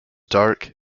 dark